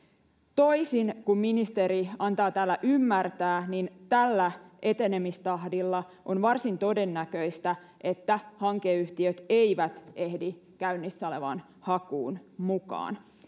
toisin kuin ministeri antaa täällä ymmärtää tällä etenemistahdilla on varsin todennäköistä että hankeyhtiöt eivät ehdi käynnissä olevaan hakuun mukaan